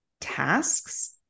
tasks